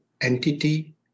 entity